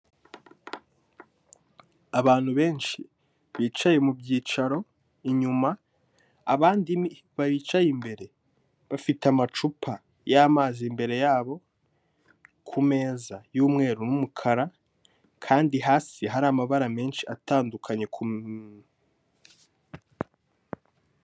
Abantu benshi bicaye mu byicaro inyuma, abandi baricaye imbere bafite amacupa y'amazi imbere yabo kumeza y'umweru n'umukara, kandi hasi hari amabara menshi atandukanye.